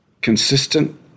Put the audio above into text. consistent